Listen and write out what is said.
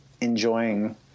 enjoying